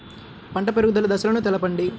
పంట పెరుగుదల దశలను తెలపండి?